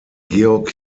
georg